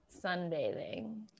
sunbathing